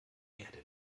erde